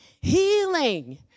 healing